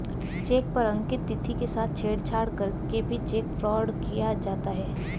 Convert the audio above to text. check पर अंकित तिथि के साथ छेड़छाड़ करके भी चेक फ्रॉड किया जाता है